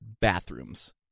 bathrooms